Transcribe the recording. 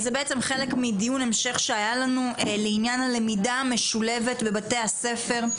זה בעצם חלק מדיון המשך שהיה לנו לענין הלמידה המשולבת בבתי הספר,